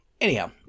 Anyhow